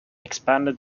expanded